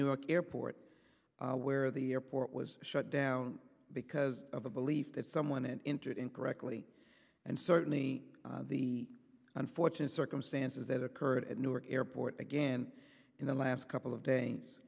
newark airport where the airport was shut down because of a belief that someone in entered incorrectly and certainly the unfortunate circumstances that occurred at newark airport again in the last couple of days